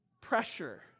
pressure